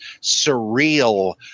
surreal